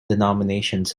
denominations